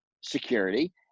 security